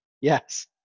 Yes